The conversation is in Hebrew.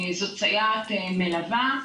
זאת סייעת מלווה,